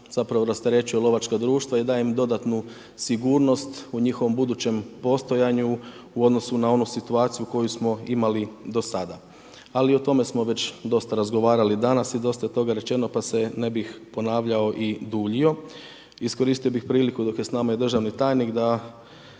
način rasterećuje lovačka društva i daje im dodatnu sigurnost u njihovom budućem postojanju u odnosu na onu situaciju koju smo imali do sada, ali o tome smo već dosta razgovarali danas i dosta je toga rečeno pa se ne bih ponavljao i duljio. Iskoristio bih priliku dok je s nama i državni tajnik da